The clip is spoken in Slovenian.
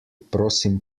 prosim